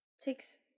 takes